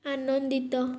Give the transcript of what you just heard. ଆନନ୍ଦିତ